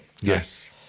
Yes